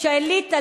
שהאליטה,